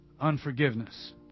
unforgiveness